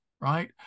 right